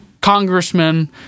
congressmen